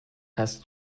hast